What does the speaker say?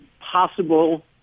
possible